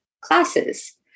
classes